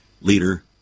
leader